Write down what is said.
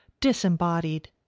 disembodied